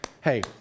Hey